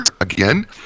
again